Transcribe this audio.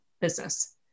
business